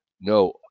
No